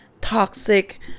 toxic